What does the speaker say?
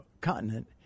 continent